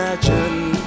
Imagine